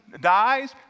dies